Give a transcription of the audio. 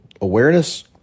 awareness